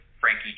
Frankie